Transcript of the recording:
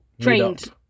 trained